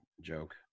joke